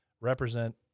represent